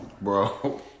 bro